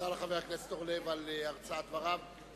תודה לחבר הכנסת אורלב על הרצאת דבריו.